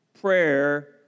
prayer